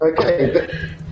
Okay